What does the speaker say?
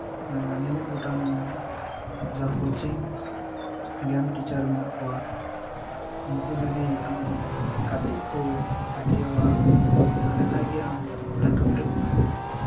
ᱦᱮᱸ ᱢᱤ ᱢᱤᱫ ᱜᱚᱴᱟᱝ ᱡᱟ ᱠᱳᱪᱤᱝ ᱜᱮᱢ ᱴᱤᱪᱟᱨ ᱢᱮᱱᱟᱜ ᱠᱚᱣᱟ ᱩᱱᱠᱩ ᱡᱚᱫᱤ ᱟᱢᱟᱜ ᱜᱟᱛᱮ ᱠᱚ ᱯᱟᱹᱛᱭᱟᱹᱣᱟ ᱛᱟᱦᱚᱞᱮ ᱠᱷᱟᱡ ᱜᱮ ᱟᱢ ᱞᱟᱹᱴᱩ ᱞᱟᱹᱴᱩ